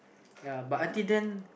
ya but until then